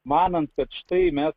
manant kad štai mes